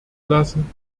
lassen